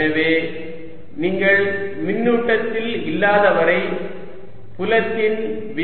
எனவே நீங்கள் மின்னூட்டத்தில் இல்லாதவரை புலத்தின் விரிகை 0 ஆகும்